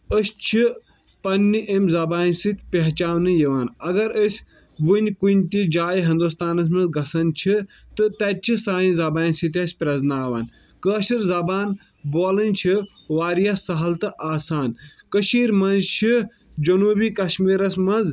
أسۍ چھِ پننہِ امۍ زبانہِ سۭتۍ پہچاننہٕ یِوان اگر أسۍ وُنہِ کُنہِ تہِ جایہِ ہندوستانس منٛز گژھان چھِ تہٕ تتہِ چھِ سانہِ زبانہِ سۭتۍ اسہِ پریزناوان کٲشر زبان بولٕنۍ چھِ واریاہ سہل تہٕ آسان کشیٖر منٛز چھِ جنوبی کشمیٖرس منٛز